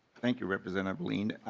thank you representative lien.